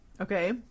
Okay